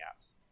apps